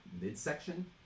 midsection